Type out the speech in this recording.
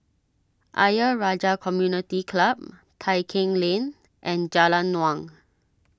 Ayer Rajah Community Club Tai Keng Lane and Jalan Naung